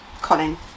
Colin